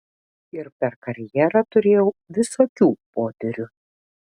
ir per karjerą turėjau visokių potyrių